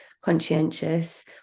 conscientious